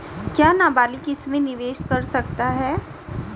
क्या नाबालिग इसमें निवेश कर सकता है?